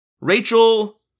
Rachel